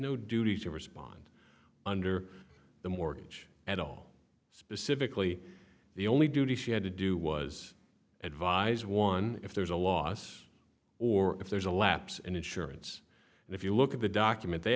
no duty to respond under the mortgage at all specifically the only duty she had to do was advise one if there's a loss or if there's a lapse in insurance and if you look at the document they